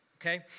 okay